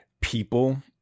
people